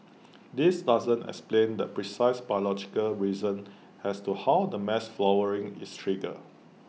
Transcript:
this doesn't explain the precise biological reason as to how the mass flowering is triggered